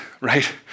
right